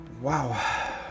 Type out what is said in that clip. Wow